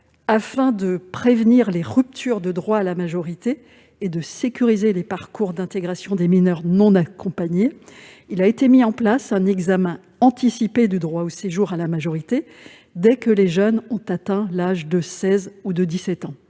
Afin de prévenir les ruptures de droit à la majorité et de sécuriser les parcours d'intégration des mineurs non accompagnés, il a été mis en place un examen anticipé du droit au séjour à la majorité, dès que les jeunes ont atteint l'âge de 16 ans ou 17 ans.